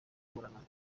kuburana